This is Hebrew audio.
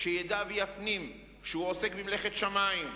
שידע ויפנים שהוא עוסק במלאכת שמים,